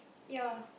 ya